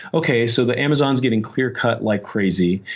okay, so the amazon's getting clear cut like crazy,